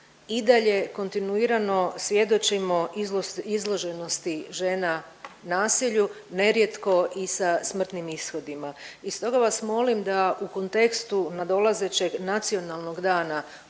i dalje kontinuirano svjedočimo izloženosti žena nasilju, nerijetko i sa smrtnim ishodima i stoga vas molim da u kontekstu nadolazećeg Nacionalnog dana